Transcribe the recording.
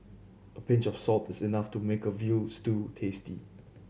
a pinch of salt is enough to make a veal stew tasty